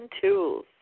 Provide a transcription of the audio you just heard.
tools